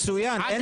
עד לרגע זה.